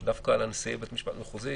כי דווקא נשיאי בית משפט מחוזי